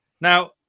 Now